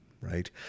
right